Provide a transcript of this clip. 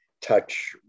touch